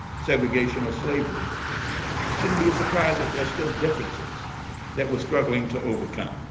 segregation or slavery shouldn't be surprised that there are still differences that we're struggling to overcome.